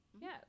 Yes